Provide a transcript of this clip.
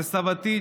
וסבתי,